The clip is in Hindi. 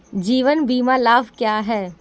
जीवन बीमा लाभ क्या हैं?